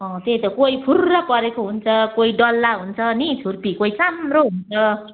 त्यही त कोही फुर्र परेको हुन्छ कोही डल्ला हुन्छ नि छुर्पी कोही चाम्रो हुन्छ